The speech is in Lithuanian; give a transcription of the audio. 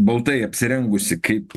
baltai apsirengusi kaip